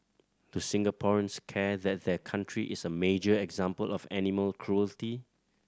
do Singaporeans care that their country is a major example of animal cruelty